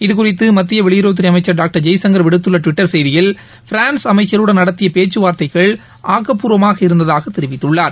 இதுகுறித்துமத்தியவெளியுறவுத்துறைஅமைச்சர் doctor Jaishankar விடுத்துள்ளடுவிட்டர் செய்தியில் France அமைச்சருடன் நடத்தியபேச்சுவார்த்தைகள் ஆக்சுப்பூர்வமாக இருந்ததாகதெரிவித்துள்ளார்